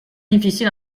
difficile